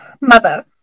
Mother